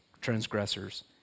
transgressors